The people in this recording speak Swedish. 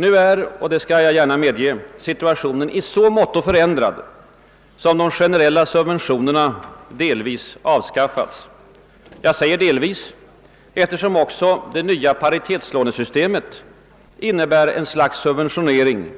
Nu är — det skall jag gärna medge -— situationen i så måtto förändrad som de generella subventionerna delvis avskaffats. Jag säger delvis, eftersom också det nya paritetslånesystemet innebär ett slags subventionering